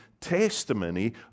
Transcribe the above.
testimony